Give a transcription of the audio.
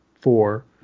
four